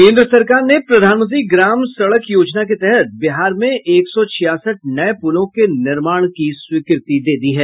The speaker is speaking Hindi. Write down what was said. केंद्र सरकार ने प्रधानमंत्री ग्राम सड़क योजना के तहत बिहार में एक सौ छियासठ नये पुलों के निर्माण की स्वीकृति दे दी है